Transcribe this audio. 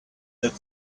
that